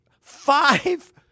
five